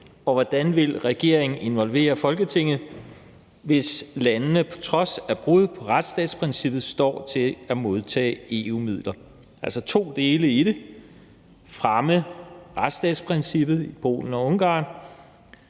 og hvordan regeringen vil involvere Folketinget, hvis landene trods brud på retsstatsprincippet står til at modtage EU-midler. Der er altså to dele i det, nemlig at fremme retsstatsprincippet i Polen og Ungarn,